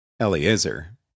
Eliezer